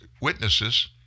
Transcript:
witnesses